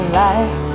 life